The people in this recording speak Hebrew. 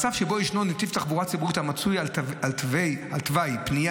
מצב שבו יש נתיב תחבורה ציבורית המצוי על תוואי פנייה